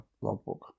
logbook